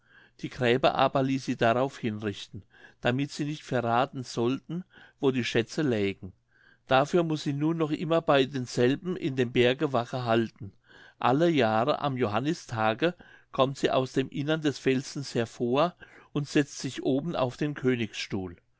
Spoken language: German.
die gräber aber ließ sie darauf hinrichten damit sie nicht verrathen sollten wo die schätze lägen dafür muß sie nun noch immer bei denselben in dem berge wache halten alle jahre am johannistage kommt sie aus dem innern des felsens hervor und setzt sich oben auf den königsstuhl